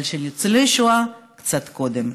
אבל של ניצולי שואה קצת קודם.